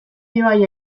ibaia